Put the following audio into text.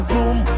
Boom